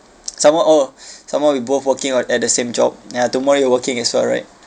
some more oh some more we both working on at the same job ya tomorrow you're working as well right